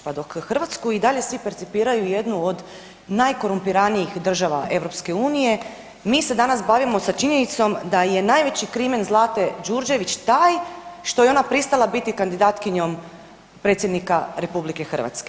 Pa dok Hrvatsku i dalje svi percipiraju kao jednu od najkorumpiranijih država EU, mi se danas bavimo sa činjenicom da je najveći krimen Zlate Đurđević taj što je ona pristala biti kandidatkinjom predsjednika RH.